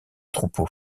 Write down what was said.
troupeau